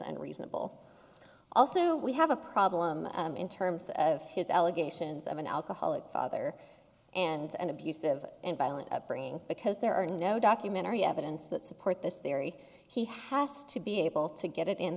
unreasonable also we have a problem in terms of his allegations of an alcoholic father and an abusive and violent upbringing because there are no documentary evidence that support this theory he has to be able to get it in